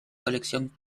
colección